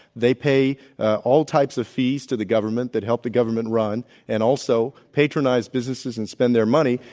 they pay all types of fees to the government that help the government run and also patronize businesses and spend their money.